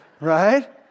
Right